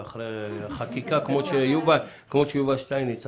על כך שבאמת הייתה